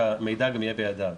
שהמידע גם יהיה בידיו.